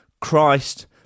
Christ